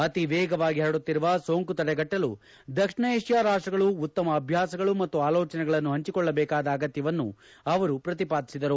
ಅತಿ ವೇಗವಾಗಿ ಪರಡುತ್ತಿರುವ ಸೋಂಕು ತಡೆಗಟ್ಟಲು ದಕ್ಷಿಣ ಏಷ್ಯಾ ರಾಷ್ಟಗಳು ಉತ್ತಮ ಅಭ್ಯಾಸಗಳು ಮತ್ತು ಆಲೋಚನೆಗಳನ್ನು ಪಂಚಿಕೊಳ್ಳಬೇಕಾದ ಅಗತ್ಯವನ್ನು ಅವರು ಪ್ರತಿಪಾದಿಸಿದರು